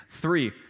Three